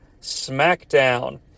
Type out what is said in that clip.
SmackDown